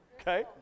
Okay